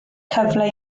cyfle